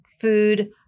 food